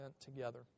together